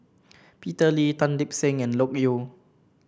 Peter Lee Tan Lip Seng and Loke Yew